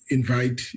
invite